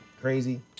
Crazy